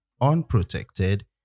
unprotected